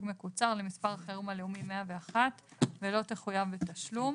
מקוצר למספר החירום הלאומי 101 ולא תחויב בתשלום.